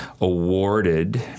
awarded